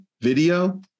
video